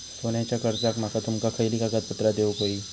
सोन्याच्या कर्जाक माका तुमका खयली कागदपत्रा देऊक व्हयी?